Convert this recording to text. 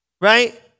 Right